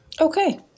Okay